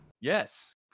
Yes